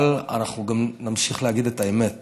אבל אנחנו גם נמשיך לומר את האמת